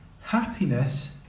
Happiness